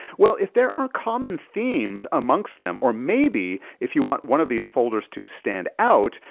well, if there are common themes amongst them or maybe if you want one of these folders to stand out,